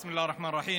בסם אללה א-רחמאן א-רחים.